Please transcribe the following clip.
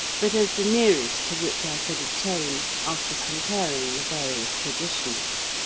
but as the nearest to which i could attain after comparing the various traditions.